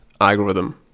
algorithm